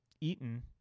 Eaton